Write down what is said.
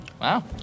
Wow